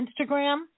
Instagram